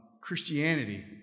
Christianity